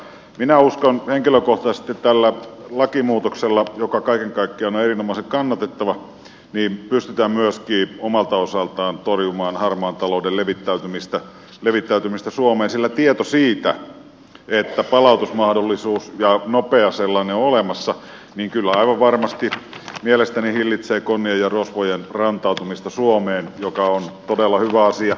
minä uskon henkilökohtaisesti että tällä lakimuutoksella joka kaiken kaikkiaan on erinomaisen kannatettava pystytään myöskin omalta osaltaan torjumaan harmaan talouden levittäytymistä suomeen sillä tieto siitä että palautusmahdollisuus ja nopea sellainen on olemassa kyllä aivan varmasti mielestäni hillitsee konnien ja rosvojen rantautumista suomeen mikä on todella hyvä asia